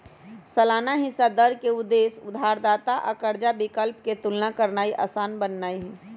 सालाना हिस्सा दर के उद्देश्य उधारदाता आ कर्जा विकल्प के तुलना करनाइ असान बनेनाइ हइ